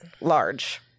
large